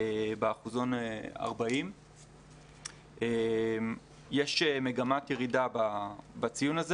באחוזון 40. יש מגמת ירידה בציון הזה